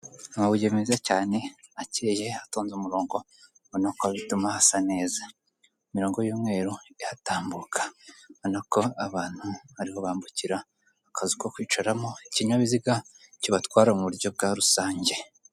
Amabuye meza cyane, akeye atonze umurongo, ubona ko bituma hasa neza, imirongo y'umweru ihatambuka, ubonako abantu ariho bambukira, akazu ko kwicaramo, ikinyabiziga kibatwara mu buryo bwa rusange.